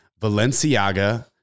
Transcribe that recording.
Valenciaga